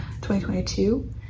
2022